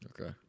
Okay